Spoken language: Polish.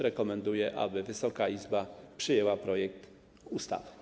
Rekomenduję, aby Wysoka Izba przyjęła projekt ustawy.